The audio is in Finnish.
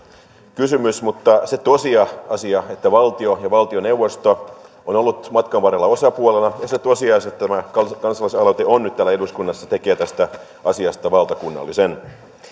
kysymys mutta se tosiasia että valtio ja valtioneuvosto on ollut matkan varrella osapuolena ja se tosiasia että tämä kansalaisaloite on nyt täällä eduskunnassa tekee tästä asiasta valtakunnallisen